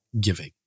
giving